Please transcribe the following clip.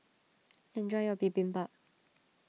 enjoy your Bibimbap